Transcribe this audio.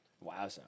Wow